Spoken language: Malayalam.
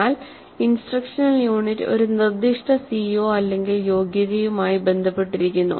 എന്നാൽ ഇൻസ്ട്രക്ഷണൽ യൂണിറ്റ് ഒരു നിർദ്ദിഷ്ട CO യോഗ്യതയുമായി ബന്ധപ്പെട്ടിരിക്കുന്നു